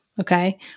okay